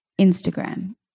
Instagram